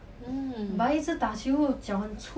mm